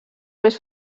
més